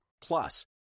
Plus